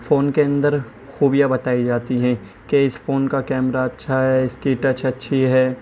phone کے اندر خوبیاں بتائی جاتی ہیں کہ اس فون کا کیمرہ اچھا ہے اس کی ٹچ اچھی ہے